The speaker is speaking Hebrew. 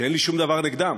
שאין לי שום דבר נגדם,